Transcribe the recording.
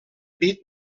pit